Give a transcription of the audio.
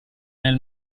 nel